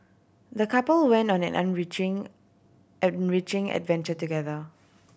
the couple went on an enriching enriching adventure together